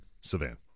Savannah